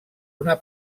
una